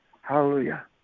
Hallelujah